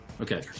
Okay